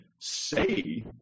say